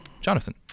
Jonathan